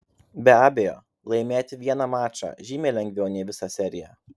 be abejo laimėti vieną mačą žymiai lengviau nei visą seriją